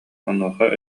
онуоха